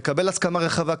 לקבל הסכמה רחבה,